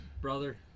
brother